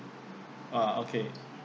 ah okay